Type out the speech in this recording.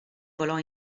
volò